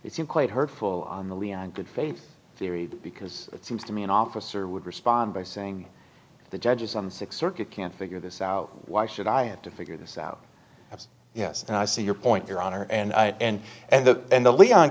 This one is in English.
you seem quite hurtful on the leon good faith theory because it seems to me an officer would respond by saying the judges on the six circuit can't figure this out why should i have to figure this out yes and i see your point your honor and i and and the and the leon